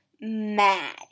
mad